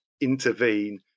intervene